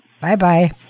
Bye-bye